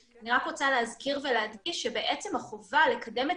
אני רק רוצה להזכיר ולהדגיש שבעצם החובה לקדם את